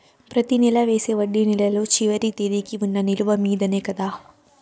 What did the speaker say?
ప్రతి నెల వేసే వడ్డీ నెలలో చివరి తేదీకి వున్న నిలువ మీదనే కదా?